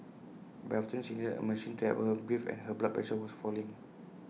by afternoon she needed A machine to help her breathe and her blood pressure was falling